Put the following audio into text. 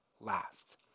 last